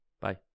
Bye